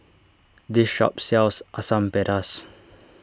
this shop sells Asam Pedas